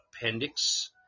appendix